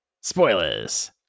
Spoilers